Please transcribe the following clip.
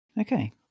Okay